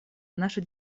наша